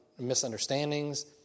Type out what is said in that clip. misunderstandings